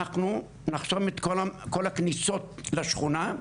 אנחנו נחסום את כל הכניסות לשכונה,